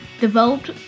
developed